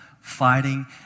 fighting